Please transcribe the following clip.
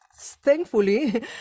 Thankfully